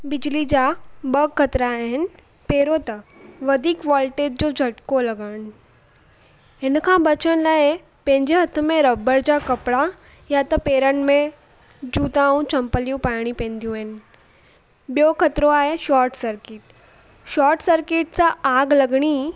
बिजली जा ॿ ख़तरा आहिनि पहिरियों त वधीक वॉल्टेज जो झटिको लॻणु हिन खां बचण लाइ पंहिंजे हथ में रॿड़ जा कपिड़ा या त पेरनि में जूता ऐं चम्पलियूं पाइणी पवंदियूं आहिनि ॿियो ख़तरो आहे शॉट सर्किट शॉट सर्किट सां आग लॻणी